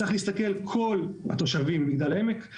צריך להסתכל על כל התושבים במגדל העמק,